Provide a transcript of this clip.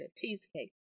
cheesecake